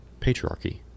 patriarchy